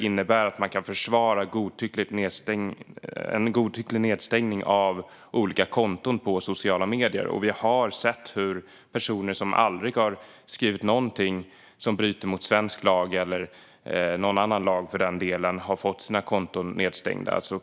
Detta rättfärdigar dock inte godtycklig nedstängning av konton på sociala medier, och vi har sett hur personer som aldrig har skrivit något som bryter mot svensk eller annan lag har fått sina konton nedstängda.